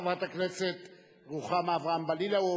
חברת הכנסת רוחמה אברהם-בלילא,